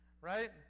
right